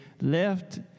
left